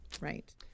Right